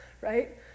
right